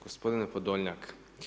Gospodine Podolnjak.